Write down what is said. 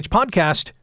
Podcast